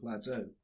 plateau